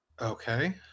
Okay